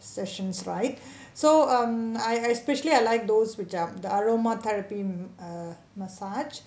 sessions right so um I especially I like those which ah the aroma therapy uh massage